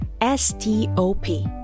S-T-O-P